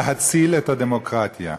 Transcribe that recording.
להציל את הדמוקרטיה.